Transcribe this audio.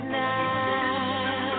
now